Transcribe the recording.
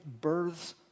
births